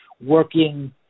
working